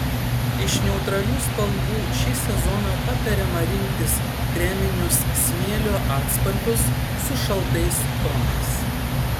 iš neutralių spalvų šį sezoną patariama rinktis kreminius smėlio atspalvius su šaltais tonais